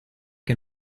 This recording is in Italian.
che